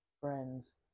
friends